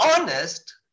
honest